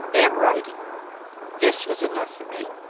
am writing this was enough for me.